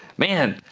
man,